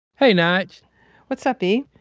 hey nyge what's up, e?